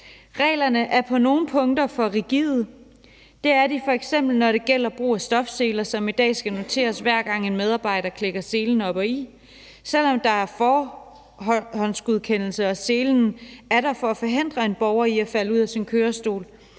Reglerne er på nogle punkter for rigide. Det er de f.eks., når det gælder brug af stofseler, hvor det i dag skal noteres, hver gang en medarbejder klikker selen op og i, selv om der er en forhåndsgodkendelse og selen er der for at forhindre en borger i at falde ud af sin kørestol.